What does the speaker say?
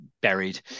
buried